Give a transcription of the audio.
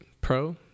pro